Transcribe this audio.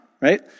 right